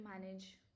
manage